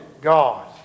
God